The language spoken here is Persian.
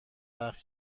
وقت